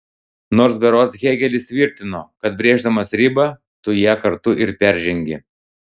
nors berods hėgelis tvirtino kad brėždamas ribą tu ją kartu ir peržengi